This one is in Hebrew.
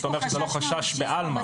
זאת אומרת, זה לא חשש בעלמא.